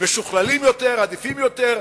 משוכללים יותר, עדיפים יותר,